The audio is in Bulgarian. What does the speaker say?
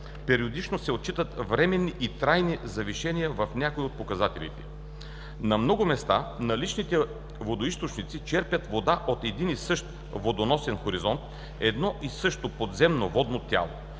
периодично се отчитат временни и трайни завишения в някои от показателите. На много места наличните водоизточници черпят вода от един и същ водоносен хоризонт (едно и също подземно водно тяло),